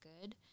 good